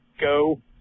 go